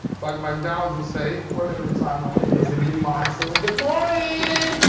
like mcdonald's would say, for a limited time only, cause it'll be mine soon. good morning!